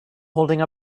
holding